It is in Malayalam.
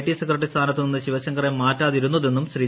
ടി സെക്രട്ടറി സ്ഥാനത്തു നിന്ന് ശിവശങ്കറെ മാറ്റാതിരുന്നതെന്നും ശ്രീ